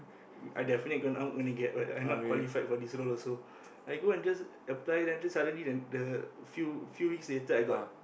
I definitely go not going to get but I'm not qualified for this role also I go and just apply then suddenly then the few few weeks later I got